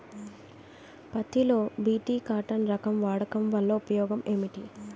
పత్తి లో BT cotton రకం వాడకం వల్ల ఉపయోగం ఏమిటి?